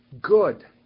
good